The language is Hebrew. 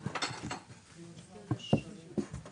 אני כבר שלוש וחצי-ארבע שנים נמצאת